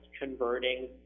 converting